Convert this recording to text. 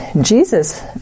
Jesus